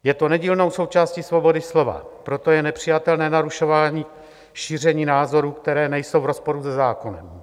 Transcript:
Je to nedílnou součástí svobody slova, proto je nepřijatelné narušování šíření názorů, které nejsou v rozporu se zákonem.